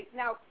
now